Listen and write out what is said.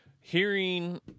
hearing